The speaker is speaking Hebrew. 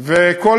כל